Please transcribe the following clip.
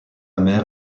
mère